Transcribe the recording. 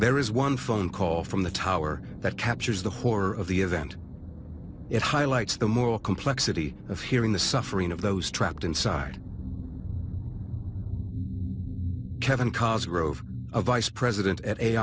there is one phone call from the tower that captures the horror of the event it highlights the moral complexity of hearing the suffering of those trapped inside kevin caused rove a vice president at a